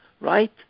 right